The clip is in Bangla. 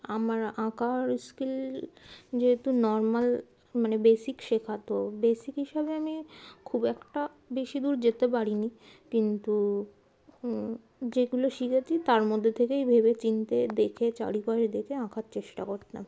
আমার আঁকার স্কিল যেহেতু নর্মাল মানে বেসিক শেখাতো বেসিক হিসাবে আমি খুব একটা বেশি দূর যেতে পারিনি কিন্তু যেগুলো শিখেছি তার মধ্যে থেকেই ভেবে চিনতে দেখে চারিপাশ দেখে আঁকার চেষ্টা করতাম